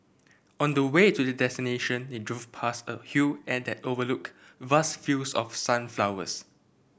on the way to their destination they drove past a hill and that overlooked vast fields of sunflowers